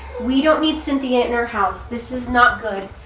we don't need cynthia in our house, this is not good.